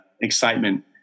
excitement